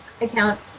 account